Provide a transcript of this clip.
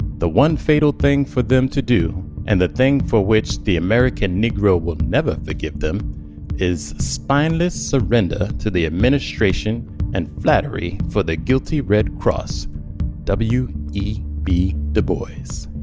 the one fatal thing for them to do and the thing for which the american negro will never forgive them is spineless surrender to the administration and flattery for the guilty red cross w. e. b. du bois